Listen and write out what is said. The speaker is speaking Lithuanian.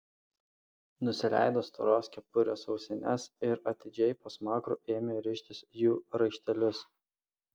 nusileido storos kepurės ausines ir atidžiai po smakru ėmė rištis jų raištelius